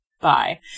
Bye